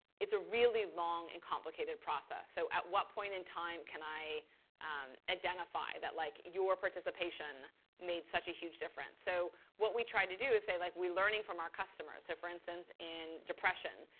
it's a really long and complicated process. so at what point in time can i identify that like your participation made such a huge difference? so what we try to do is say, like we're learning from our customers. so for instance, in depression,